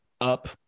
up